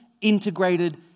integrated